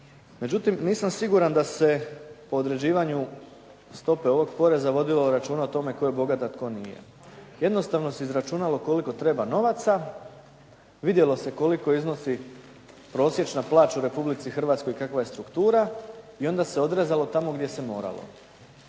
Međutim, nisam siguran da se po određivanju stope ovog poreza vodilo računa o tome tko je bogat, a tko nije. Jednostavno se izračunalo koliko treba novaca, vidjelo se koliko iznosi prosječna plaća u Republici Hrvatskoj i kakva je struktura i onda se odrezalo tamo gdje se moralo.